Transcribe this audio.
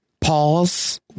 pause